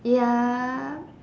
ya